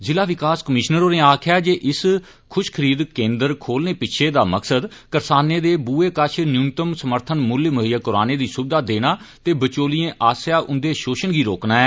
जिला विकास कमीष्नर होरें आक्खेया जे इस खुषखरीद केन्द्र खुलने पिच्छे दा मकसद करसाने दे बुए कष न्यूनतम समर्थन मूल्य मुहैय्या करौआने दी सुविधा देना ते बचौलिएं आस्सै उंदे षोशण गी रोकना ऐ